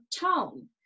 tone